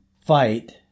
fight